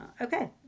okay